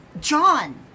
John